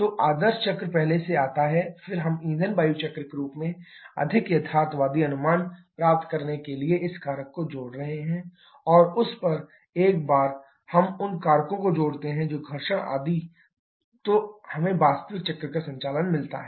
तो आदर्श चक्र पहले आता है फिर हम ईंधन वायु चक्र के रूप में अधिक यथार्थवादी अनुमान प्राप्त करने के लिए इस कारक को जोड़ रहे हैं और उस पर एक बार हम उन कारकों को जोड़ सकते हैं जो घर्षण आदि तो हमें वास्तविक चक्र संचालन मिलता हैं